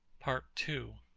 part two